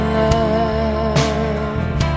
love